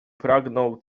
pragnął